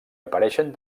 apareixen